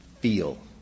feel